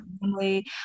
family